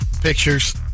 Pictures